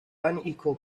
unequal